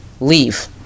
leave